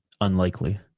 unlikely